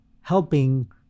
helping